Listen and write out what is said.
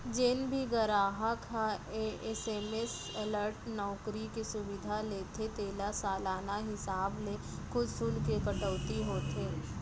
जेन भी गराहक ह एस.एम.एस अलर्ट नउकरी के सुबिधा लेथे तेला सालाना हिसाब ले कुछ सुल्क के कटौती होथे